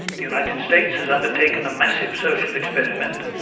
the united states has undertaken a massive social experiment,